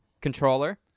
Controller